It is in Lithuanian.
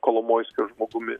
kolomoiskio žmogumi